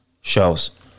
shows